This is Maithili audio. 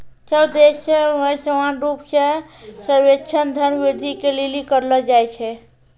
सब देश मे समान रूप से सर्वेक्षण धन वृद्धि के लिली करलो जाय छै